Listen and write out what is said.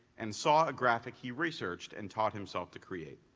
and saw a graphic he researched and taught himself to create.